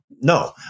no